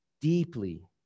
deeply